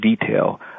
detail